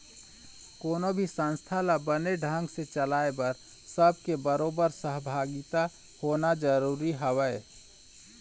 कोनो भी संस्था ल बने ढंग ने चलाय बर सब के बरोबर सहभागिता होना जरुरी हवय